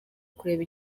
tureba